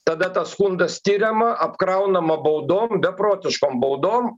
tada tas skundas tiriama apkraunama baudom beprotiškom baudom